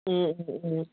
ꯎꯝ